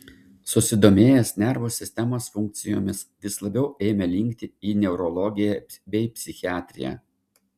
susidomėjęs nervų sistemos funkcijomis vis labiau ėmė linkti į neurologiją bei psichiatriją